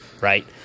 right